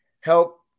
help